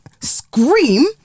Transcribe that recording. scream